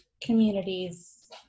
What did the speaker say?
communities